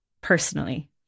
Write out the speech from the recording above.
personally